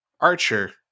Archer